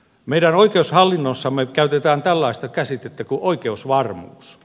meidän oikeushallinnossamme käytetään tällaista käsitettä kuin oikeusvarmuus